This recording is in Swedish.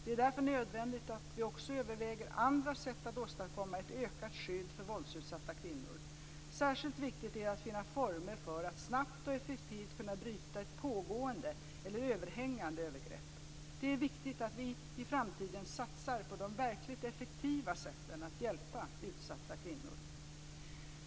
Det är därför nödvändigt att vi också överväger andra sätt att åstadkomma ett ökat skydd för våldsutsatta kvinnor. Särskilt viktigt är det att finna former för att snabbt och effektivt kunna bryta ett pågående eller överhängande övergrepp. Det är viktigt att vi i framtiden satsar på de verkligt effektiva sätten att hjälpa utsatta kvinnor.